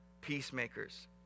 peacemakers